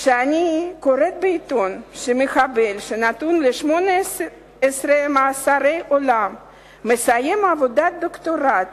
כשאני קוראת בעיתון שמחבל שנידון ל-18 מאסרי עולם מסיים עבודת דוקטורט